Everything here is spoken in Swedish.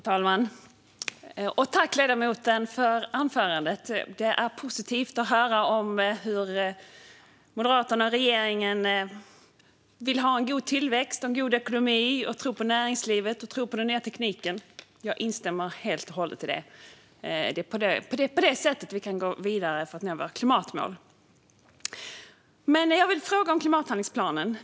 Fru talman! Tack, ledamoten, för anförandet! Det är positivt att få höra att Moderaterna och regeringen vill ha en god tillväxt och en god ekonomi samt att man tror på näringslivet och den nya tekniken. Jag instämmer helt och hållet i det. Det är på det sättet vi kan gå vidare i arbetet för att nå klimatmålen. Jag vill dock fråga om klimathandlingsplanen.